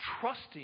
trusting